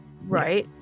right